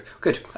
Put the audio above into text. Good